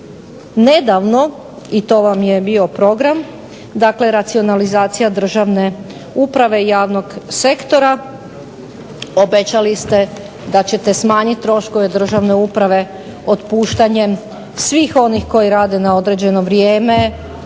nedavno i to vam je bio program, dakle racionalizacija državne uprave i javnog sektora. Obećali ste da ćete smanjiti troškove državne uprave otpuštanjem svih onih koji rade na određeno vrijeme,